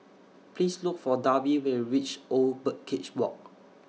Please Look For Darby when YOU REACH Old Birdcage Walk